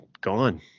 gone